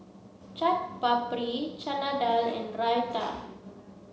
Chaat Papri Chana Dal and Raita